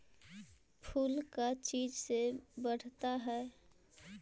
फूल का चीज से बढ़ता है?